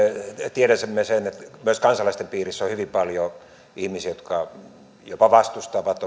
tiedämme että myös kansalaisten piirissä on hyvin paljon ihmisiä jotka jopa vastustavat